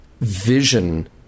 vision